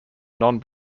non